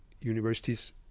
universities